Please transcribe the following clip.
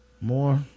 more